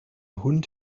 hund